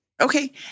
Okay